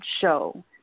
show